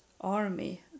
army